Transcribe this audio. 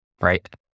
right